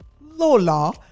lola